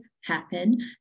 happen